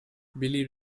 billy